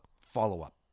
follow-up